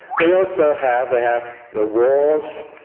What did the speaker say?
but they also have they have the wars,